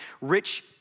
rich